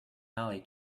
alley